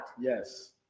Yes